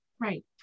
right